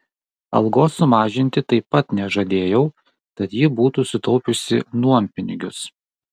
algos sumažinti taip pat nežadėjau tad ji būtų sutaupiusi nuompinigius